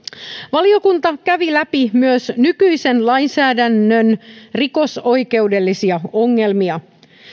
valiokunta kävi läpi myös nykyisen lainsäädännön rikosoikeudellisia ongelmia